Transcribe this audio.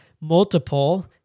multiple